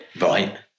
Right